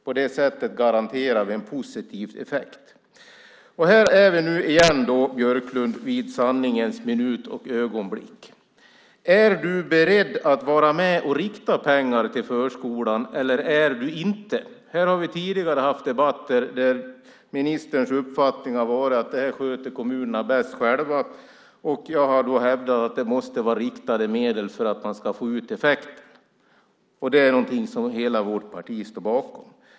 På det sättet garanterar vi en positiv effekt. Här är vi nu igen vid sanningens minut och ögonblick, Björklund. Är du beredd att vara med och rikta pengar till förskolan eller inte? Här har vi tidigare haft debatter där ministerns uppfattning har varit att kommunerna sköter detta bäst själva. Jag har då hävdat att det måste vara riktade medel för att man ska få ut effekten. Det är något som hela vårt parti står bakom.